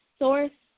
source